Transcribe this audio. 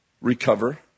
recover